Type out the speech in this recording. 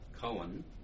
Cohen